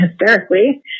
hysterically